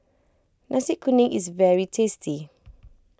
Nasi Kuning is very tasty